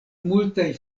multaj